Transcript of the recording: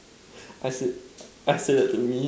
I said I said that to me